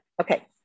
okay